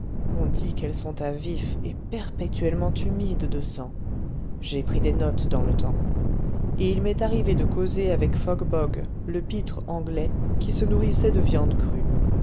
on dit qu'elles sont à vif et perpétuellement humides de sang j'ai pris des notes dans le temps et il m'est arrivé de causer avec fog bog le pitre anglais qui se nourrissait de viande crue